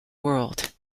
world